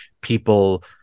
people